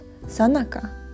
Sanaka